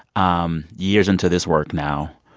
um years into this work now,